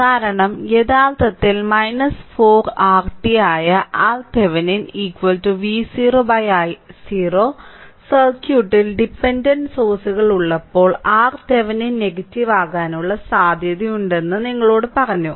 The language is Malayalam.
കാരണം യഥാർത്ഥത്തിൽ 4 RT ആയ RThevenin V0 i0 സർക്യൂട്ടിൽ ഡിപെന്റന്റ് സോഴ്സുകൾ ഉള്ളപ്പോൾ RThevenin നെഗറ്റീവ് ആകാനുള്ള സാധ്യതയുണ്ടെന്ന് നിങ്ങളോട് പറഞ്ഞു